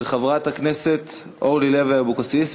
של חברת הכנסת אורלי לוי אבקסיס.